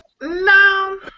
No